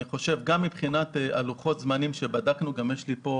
גם מבחינת לוחות הזמנים שבדקנו יש לי פה